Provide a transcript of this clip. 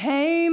Hey